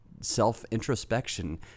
self-introspection